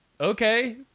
okay